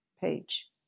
page